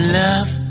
love